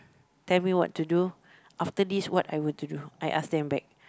tell me what to do after this what I will to do I ask them back